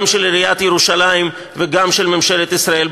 גם של עיריית ירושלים וגם של ממשלת ישראל,